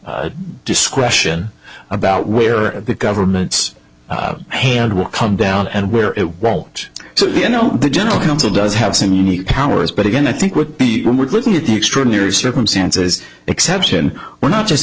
discretion about where the government's hand will come down and where it won't so you know the general council does have some unique hours but again i think what people were looking at the extraordinary circumstances exception were not just